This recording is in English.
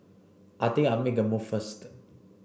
I think I'll make a move first